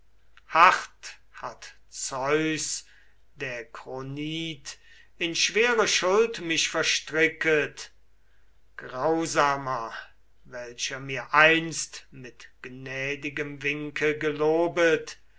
hart hat zeus der kronid in schwere schuld mich verstricket grausamer welcher mir einst mit gnädigem winke gelobet